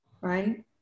right